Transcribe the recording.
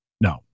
No